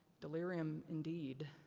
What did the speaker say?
delirium indeed.